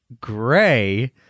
gray